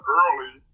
early